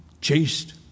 chased